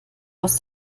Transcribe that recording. aus